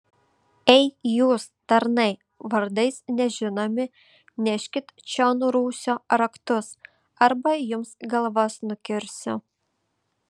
ei jūs tarnai vardais nežinomi neškit čion rūsio raktus arba jums galvas nukirsiu